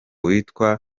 witwa